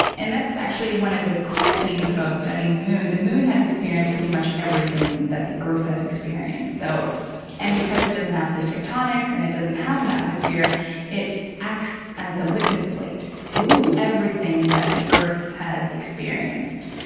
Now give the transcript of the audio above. and that's actually one of the cool things about studying the moon. the moon has experience pretty much everything that the earth has experienced, so and because it doesn't have plate tectonics and it doesn't have an atmosphere it acts as a witness plate to everything that the earth has experienced.